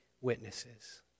witnesses